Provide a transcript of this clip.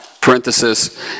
parenthesis